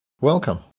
welcome